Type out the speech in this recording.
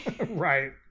Right